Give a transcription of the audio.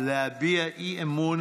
הצעות אי-אמון